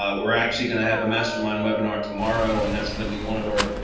um we're actually going to have a mastermind webinar tomorrow and that's going to be one of our